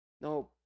No